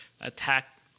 attack